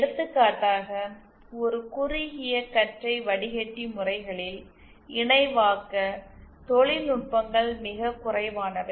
எடுத்துக்காட்டாக ஒரு குறுகிய கற்றை வடிகட்டி முறைகளில் இணைவாக்க தொழில்நுட்பங்கள் மிக குறைவானவை